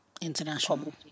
International